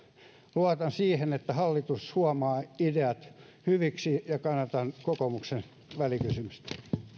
luotan siihen että hallitus huomaa ideat hyviksi kannatan kokoomuksen välikysymystä